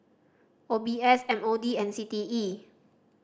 O B S M O D and C T E